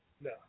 No